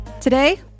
Today